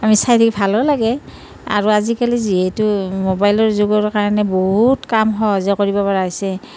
আমি চাই থাকি ভালোঁ লাগে আৰু আজিকালি যিহেতু মোবাইলৰ যোগৰ কাৰণে বহুত কাম সহজে কৰিব পৰা হৈছে